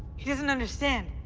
he doesn't understand.